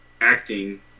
acting